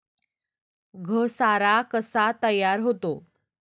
घसारा कसा तयार होतो?